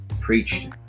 preached